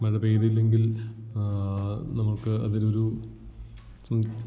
മഴപെയ്തില്ലങ്കിൽ നമുക്ക് അതിലൊരു